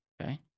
Okay